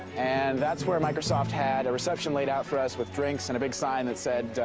and that's where microsoft had a reception laid out for us with drinks and a big sign that said.